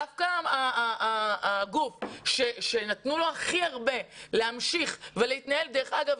דווקא הגוף שנתנו לו הכי הרבה להמשיך ולהתנהל דרך אגב,